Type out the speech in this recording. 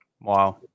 Wow